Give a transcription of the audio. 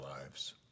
lives